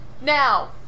Now